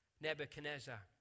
Nebuchadnezzar